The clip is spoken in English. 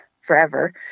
forever